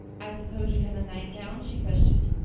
i suppose you have a nightgown? she questioned.